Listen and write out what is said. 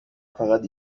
فقط